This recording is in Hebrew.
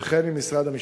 וכן עם משרד המשפטים.